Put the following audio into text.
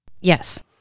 yes